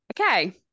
Okay